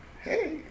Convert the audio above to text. Hey